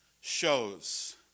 shows